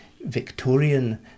Victorian